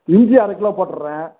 இஞ்சி அரைக் கிலோ போட்டுடுறேன்